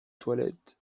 toilettes